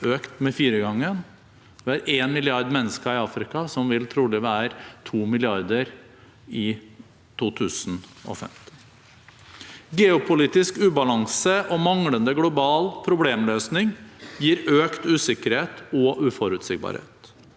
økt fire ganger, og det er en milliard mennesker i Afrika som trolig vil være to milliarder i 2050. Geopolitisk ubalanse og manglende global problemløsning gir økt usikkerhet og uforutsigbarhet,